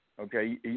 Okay